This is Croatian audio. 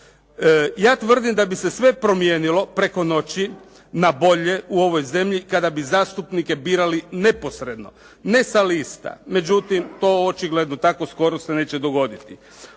Ja tvrdim da bi se sve promijenilo preko noći na bolje u ovoj zemlji kada bi zastupnike birali neposredno, ne sa lista, međutim, to očigledno tako skoro se neće dogoditi.